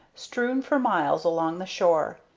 strewn for miles along the shore,